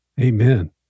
Amen